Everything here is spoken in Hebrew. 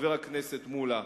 חבר הכנסת מולה,